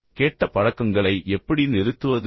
எனவே கெட்ட பழக்கங்களை உடைப்பதை எப்படி நிறுத்துவது